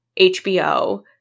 HBO